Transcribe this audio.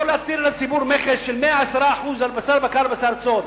לא להטיל על הציבור מכס של 110% על בשר בקר ועל בשר צאן.